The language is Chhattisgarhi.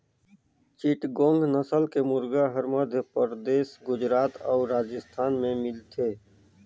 चिटगोंग नसल के मुरगा हर मध्यपरदेस, गुजरात अउ राजिस्थान में मिलथे